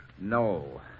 No